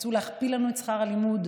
רצו להכפיל לנו את שכר הלימוד,